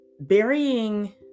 burying